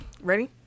ready